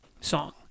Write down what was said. song